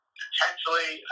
potentially